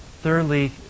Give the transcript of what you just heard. Thirdly